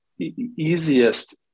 easiest